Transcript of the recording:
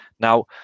now